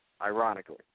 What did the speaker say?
ironically